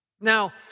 Now